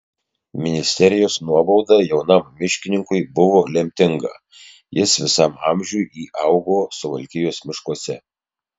ministerijos nuobauda jaunam miškininkui buvo lemtinga jis visam amžiui įaugo suvalkijos miškuose